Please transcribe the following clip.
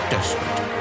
Desperate